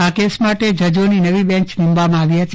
આ કેસ માટે જજોની નવી બેંચ નિમવામાં આવી હતી